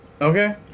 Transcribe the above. Okay